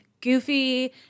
goofy